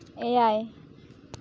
ᱮᱭᱟᱭ